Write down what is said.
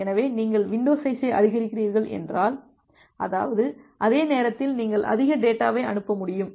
எனவே நீங்கள் வின்டோ சைஸை அதிகரிக்கிறீர்கள் என்றால் அதாவது அதே நேரத்தில் நீங்கள் அதிக டேட்டாவை அனுப்ப முடியும்